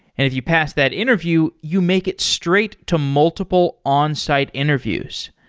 if you pass that interview, you make it straight to multiple onsite interviews.